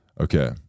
okay